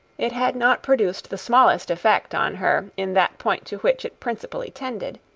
it had not produced the smallest effect on her in that point to which it principally tended.